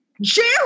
Jerry